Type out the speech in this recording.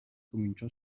cominciò